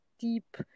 deep